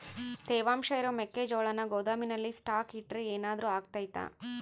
ತೇವಾಂಶ ಇರೋ ಮೆಕ್ಕೆಜೋಳನ ಗೋದಾಮಿನಲ್ಲಿ ಸ್ಟಾಕ್ ಇಟ್ರೆ ಏನಾದರೂ ಅಗ್ತೈತ?